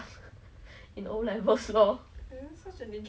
cause actually after that I cried cause I was so scared like papa would like